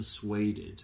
persuaded